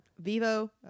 vivo